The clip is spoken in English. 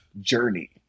journey